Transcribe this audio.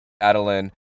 Adeline